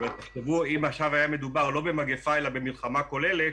תחשבו אם עכשיו לא היה מדובר במגיפה אלא במלחמה כוללת,